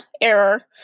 Error